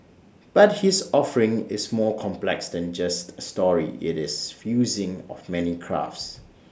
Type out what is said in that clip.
but his offering is more complex than just A story IT is fusing of many crafts